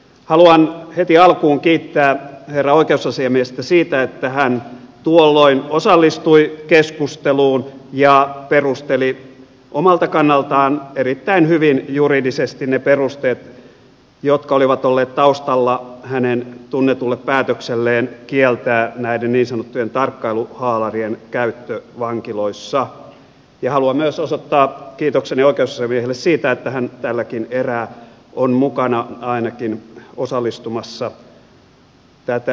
haluan heti alkuun kiittää herra oikeusasiamiestä siitä että hän tuolloin osallistui keskusteluun ja perusteli omalta kannaltaan erittäin hyvin juridisesti ne perusteet jotka olivat olleet taustalla hänen tunnetulle päätökselleen kieltää näiden niin sanottujen tarkkailuhaalarien käyttö vankiloissa ja haluan myös osoittaa kiitokseni oikeusasiamiehelle siitä että hän tälläkin erää on mukana ainakin osallistumassa tähän keskusteluun